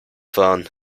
fahren